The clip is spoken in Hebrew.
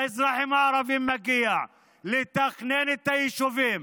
לאזרחים הערבים מגיע לתכנן את היישובים